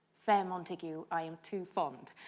fair montague, i am too fond,